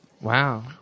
Wow